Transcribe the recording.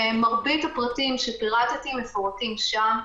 מרבית הפרטים שפירטתי מפורטים שם.